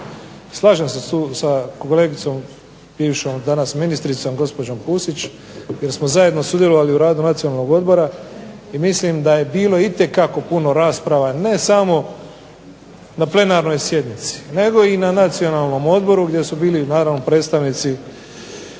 Slažem se sa kolegicom bivšom danas ministricom gospođom Pusić jer smo zajedno sudjelovali u radu Nacionalnog odbora i mislim da je bilo itekako puno rasprava ne samo na plenarnoj sjednici nego i na nacionalnom odboru gdje su bili naravno predstavnici